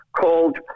called